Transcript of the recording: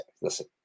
listen